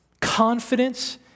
confidence